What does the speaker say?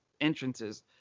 entrances